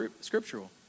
scriptural